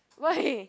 why